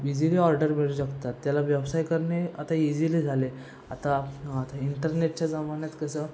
easily order मिळू शकतात त्याला व्यवसाय करणे आता इझिली झाले आता आता इंटरनेटच्या जमान्यात कसं